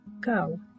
Go